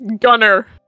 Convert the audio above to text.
Gunner